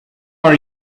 are